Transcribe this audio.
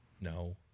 No